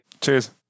Cheers